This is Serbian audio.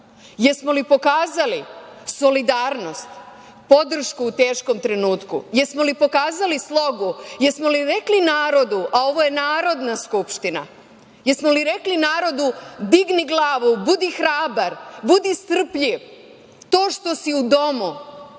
jesmo li pokazali solidarnost, podršku u teškom trenutku? Jesmo li pokazali slogu, jesmo li rekli narodu, a ovo je Narodna skupština, jesmo li rekli narodu – digni glavu, budi hrabar, budi strpljiv. To što si u domu,